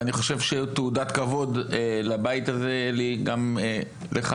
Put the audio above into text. אני חושב שזוהי תעודת כבוד לבית הזה, וגם לך.